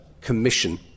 Commission